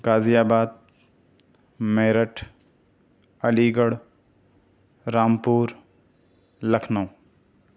غازی آباد میرٹھ علی گڑھ رامپور لکھنؤ